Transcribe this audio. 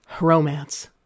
Romance